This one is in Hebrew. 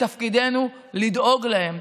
תפקידנו לדאוג להם,